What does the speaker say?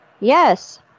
Yes